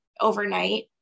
overnight